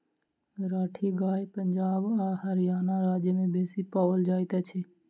राठी गाय पंजाब आ हरयाणा राज्य में बेसी पाओल जाइत अछि